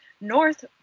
north